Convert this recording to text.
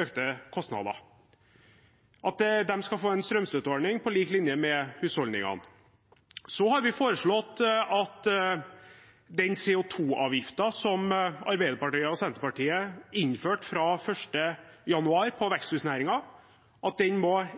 økte kostnader, at de skal få en strømstøtteordning på lik linje med husholdningene. Så har vi foreslått at den CO 2 -avgiften som Arbeiderpartiet og Senterpartiet innførte fra 1. januar for veksthusnæringen,